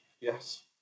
Yes